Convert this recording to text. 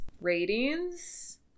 Ratings